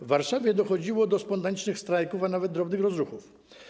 W Warszawie dochodziło do spontanicznych strajków, a nawet drobnych rozruchów.